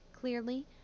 Clearly